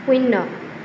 শূন্য